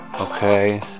Okay